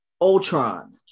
Ultron